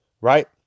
Right